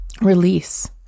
release